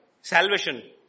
Salvation